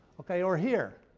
okay, or here,